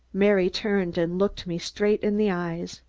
mary turned and looked me straight in the eyes.